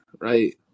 right